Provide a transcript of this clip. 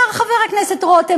אמר חבר הכנסת רותם,